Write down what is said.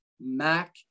Mac